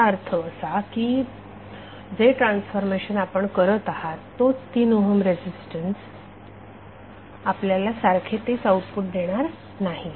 याचा अर्थ असा की जे ट्रान्सफॉर्मेशन आपण करत आहात तोच 3 ओहम रेझीस्टन्स आपल्याला सारखे तेच आउटपुट देणार नाही